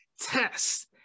test